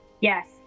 Yes